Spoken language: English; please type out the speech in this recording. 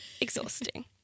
exhausting